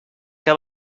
que